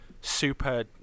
super